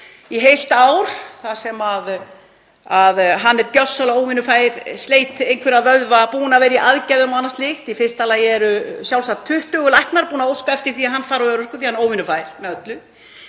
í heilt ár þar sem hann er gjörsamlega óvinnufær, sleit einhverja vöðva, búinn að vera í aðgerðum og annað slíkt. Í fyrsta lagi eru sjálfsagt 20 læknar búnir að óska eftir því að hann fari á örorku því að hann er óvinnufær með öllu